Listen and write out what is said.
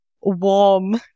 warm